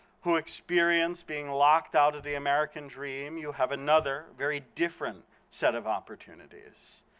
who experience being locked out of the american dream, you have another very different set of opportunities.